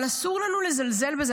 אבל אסור לנו לזלזל בזה,